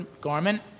garment